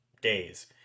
days